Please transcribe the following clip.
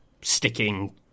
sticking